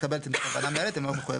לקבל את עמדת הוועדה המנהלת הם לא מחויבים.